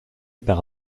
par